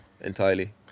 entirely